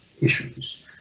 issues